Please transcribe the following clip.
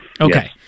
Okay